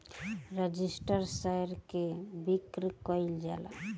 registered share के बिक्री कईल जाला